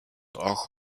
auch